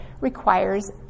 requires